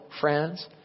friends